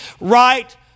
right